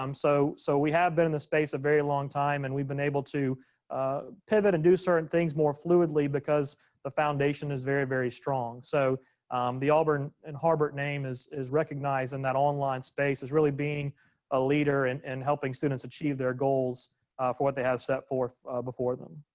um so so we have been in the space a very long time and we've been able to pivot and do certain things more fluidly because the foundation is very, very strong. so the auburn and harbert name is is recognized in that online space is really being a leader and and helping students achieve their goals for what they have set forth before them.